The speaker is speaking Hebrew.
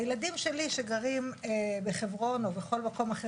הילדים שלי שגרים בחברון או בכל מקום אחר